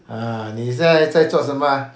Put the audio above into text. ah 你现在在做什么 ah